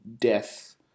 death